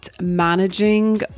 managing